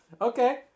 Okay